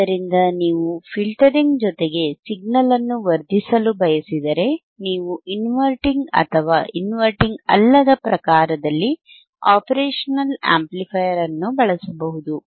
ಆದ್ದರಿಂದ ನೀವು ಫಿಲ್ಟರಿಂಗ್ ಜೊತೆಗೆ ಸಿಗ್ನಲ್ ಅನ್ನು ವರ್ಧಿಸಲು ಬಯಸಿದರೆ ನೀವು ಇನ್ವರ್ಟಿಂಗ್ ಅಥವಾ ಇನ್ವರ್ಟಿಂಗ್ ಅಲ್ಲದ ಪ್ರಕಾರದಲ್ಲಿ ಆಪರೇಷನಲ್ ಆಂಪ್ಲಿಫೈಯರ್ ಅನ್ನು ಬಳಸಬಹುದು